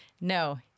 No